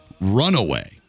runaway